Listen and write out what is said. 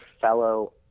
fellow